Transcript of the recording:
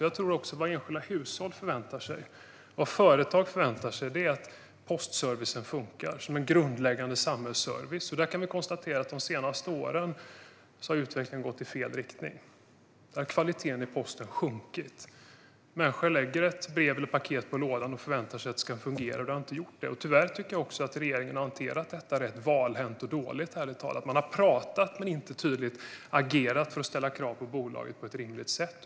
Jag tror också att det enskilda hushåll och företag förväntar sig är att postservicen funkar som en grundläggande samhällsservice. Där kan vi konstatera att utvecklingen har gått i fel riktning de senaste åren. Postens kvalitet har sjunkit. Människor lägger ett brev eller paket på lådan och förväntar sig att det ska fungera, och det har det inte gjort. Tyvärr tycker jag också att regeringen har hanterat detta rätt valhänt och dåligt, ärligt talat. Man har pratat men inte tydligt agerat för att ställa krav på bolaget på ett rimligt sätt.